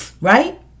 right